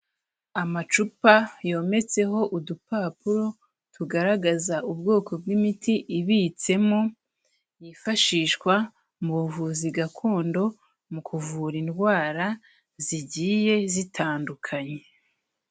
Amacupa yometseho udupapuro tugaragaza ubwoko bw'imiti ibitsemo, yifashishwa mu buvuzi gakondo mu kuvura indwara zigiye zitandukanye.